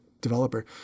developer